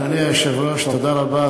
אדוני היושב-ראש, תודה רבה.